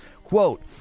Quote